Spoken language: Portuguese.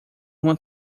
uma